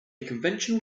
conventional